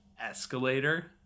escalator